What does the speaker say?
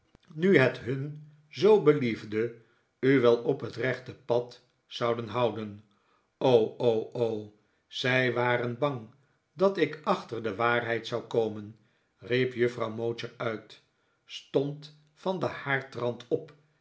nu het hun zoo beliefde u wel op het rechte pad zouden houden o o o zij waren bang dat ik achter de waarheid zou komen riep juffrouw mowcher uit stohd van den haardrand op